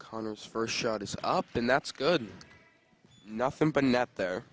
connors first shot is up and that's good nothing but not there